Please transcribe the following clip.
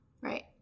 right